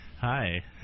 Hi